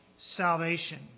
salvation